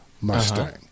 Mustang